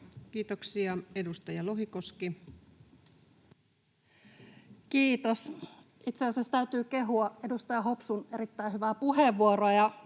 Kiitoksia. — Edustaja Lohikoski. Kiitos! Itse asiassa täytyy kehua edustaja Hopsun erittäin hyvää puheenvuoroa